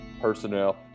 Personnel